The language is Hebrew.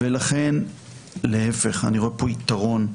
לכן להפך, אני רואה פה יתרון.